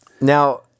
Now